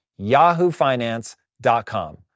yahoofinance.com